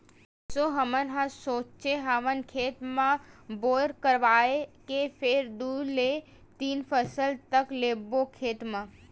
एसो हमन ह सोचे हवन खेत म बोर करवाए के फेर दू ले तीन फसल तक लेबो खेत म